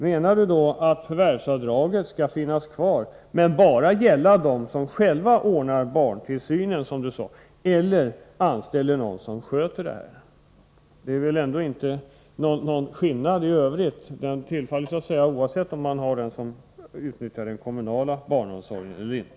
Menar Bo Lundgren att förvärvsavdraget skall finnas kvar men bara gälla dem som själva ordnar barntillsynen eller anställer någon som sköter detta? Det är väl inte någon skillnad i övrigt. Förvärvsavdraget är till för alla oavsett om man utnyttjar den kommunala barnomsorgen eller inte.